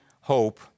hope